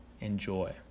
Enjoy